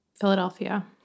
Philadelphia